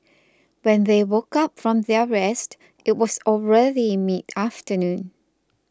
when they woke up from their rest it was already midafternoon